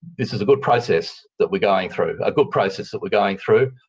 this is a good process that we're going through, a good process that we're going through,